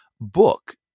book